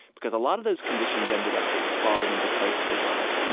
because a lot of those conditions ended up falling into place for bud.